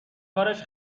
کارش